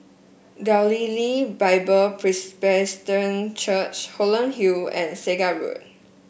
Galilee Bible Presbyterian Church Holland Hill and Segar Road